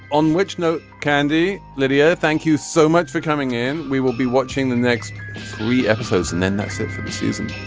on which note candy. lydia thank you so much for coming in we will be watching the next three episodes and then that's it for the season.